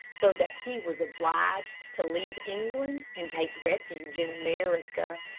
so that he was obliged to leave england and take refuge in america.